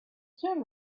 soon